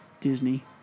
Disney